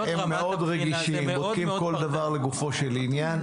הם מאוד רגישים, בודקים כל דבר לגופו של עניין.